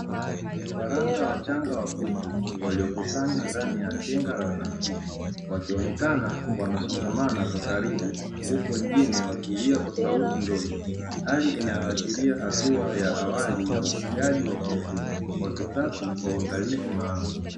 Vifaranga wachanga wa kuku waliokusanywa ndani ya tenga la plastiki, wakionekana wanasongamana kwa karibu huku wengine wakilia kwa sauti ndogo, hali inayoashiria hatua ya awali ya ufugaji wa kuku wa kisasa kwa uangalizi maalumu.